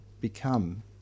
become